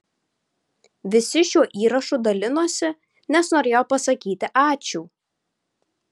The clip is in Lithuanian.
visi šiuo įrašu dalinosi nes norėjo pasakyti ačiū